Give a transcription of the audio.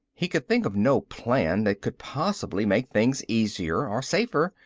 he could think of no plan that could possibly make things easier or safer.